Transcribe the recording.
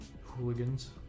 hooligans